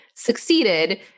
succeeded